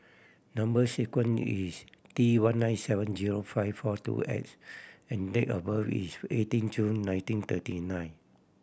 number sequence is T one nine seven zero five four two X and date of birth is eighteen June nineteen thirty nine